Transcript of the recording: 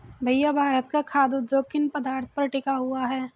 भैया भारत का खाघ उद्योग किन पदार्थ पर टिका हुआ है?